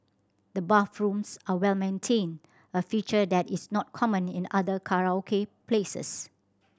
the bathrooms are well maintained a feature that is not common in other karaoke places